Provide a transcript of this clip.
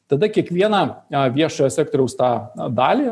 tada kiekvieną viešojo sektoriaus tą dalį